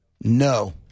no